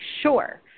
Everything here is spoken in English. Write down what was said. sure